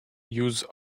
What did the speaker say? use